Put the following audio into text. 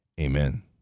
Amen